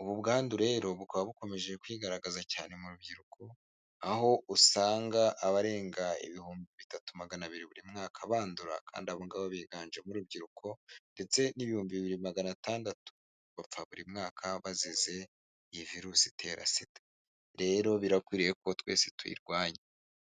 ubu bwandu rero bukaba bukomeje kwigaragaza cyane mu rubyiruko, aho usanga abarenga ibihumbi bitatu magana abiri buri mwaka bandura, kandi abo ngabo biganjemo urubyiruko ndetse n'ibihumbi bibiri magana atandatu bapfa buri mwaka bazize iyi virusi itera sida, rero birakwiriye ko twese tuyirwanya.